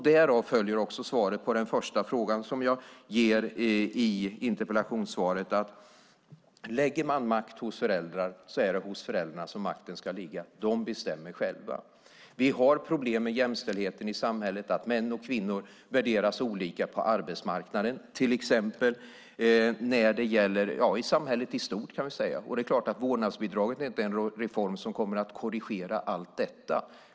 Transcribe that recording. Därav följer också svaret på den första frågan som jag ger i interpellationssvaret, nämligen att om man lägger makt hos föräldrarna är det hos föräldrarna som makten ska ligga. De bestämmer själva. Vi har problem med jämställdheten i samhället, att män och kvinnor värderas olika på arbetsmarknaden och i samhället i stort, kan man säga. Det är klart att vårdnadsbidraget inte är en reform som kommer att korrigera allt detta.